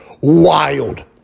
wild